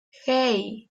hey